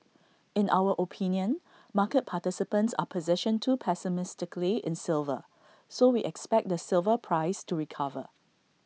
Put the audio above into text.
in our opinion market participants are positioned too pessimistically in silver so we expect the silver price to recover